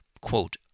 quote